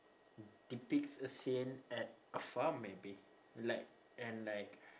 depicts a scene at a farm maybe like and like